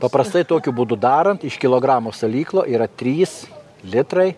paprastai tokiu būdu darant iš kilogramo salyklo yra trys litrai